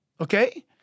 okay